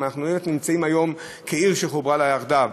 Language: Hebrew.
אם אנחנו באמת נמצאים היום בעיר שחוברה לה יחדיו.